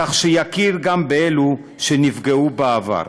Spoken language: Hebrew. כך שיוכרו גם אלו שנפגעו בעבר.